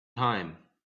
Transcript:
time